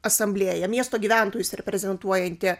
asamblėja miesto gyventojus reprezentuojanti